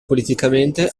politicamente